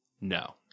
No